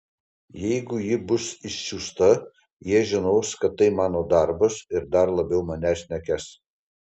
jeigu ji bus išsiųsta jie žinos kad tai mano darbas ir dar labiau manęs nekęs